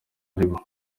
aribo